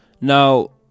Now